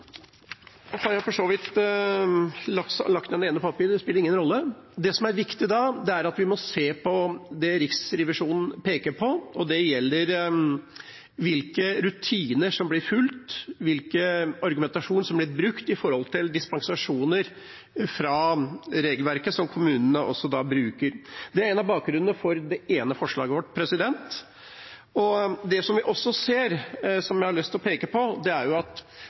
har jeg forlagt det ene papiret, det spiller for så vidt ingen rolle – men det som er viktig, er at vi må se på det Riksrevisjonen peker på. Det gjelder hvilke rutiner som blir fulgt, hvilken argumentasjon som blir brukt i forbindelse med dispensasjoner fra regelverket som kommunene bruker. Det er noe av bakgrunnen for det ene forslaget vårt. Det som vi også ser, som jeg har lyst til å peke på, er at